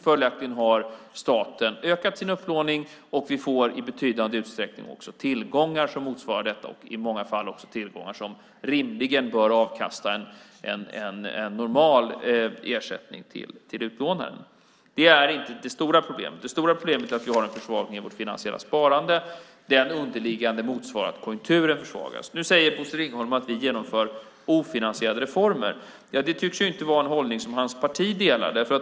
Följaktligen har staten ökat sin upplåning, och vi får i betydande utsträckning också tillgångar som motsvarar detta och i många fall också tillgångar som rimligen bör avkasta en normal ersättning till utlånaren. Det är inte det stora problemet. Det stora problemet är att vi har en försvagning i vårt finansiella sparande. Det underliggande motsvarar att konjunkturen försvagas. Nu säger Bosse Ringholm att vi genomför ofinansierade reformer. Det tycks inte vara en hållning som hans parti delar.